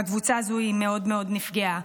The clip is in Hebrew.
הקבוצה הזו מאוד מאוד נפגעה.